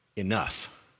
enough